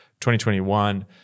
2021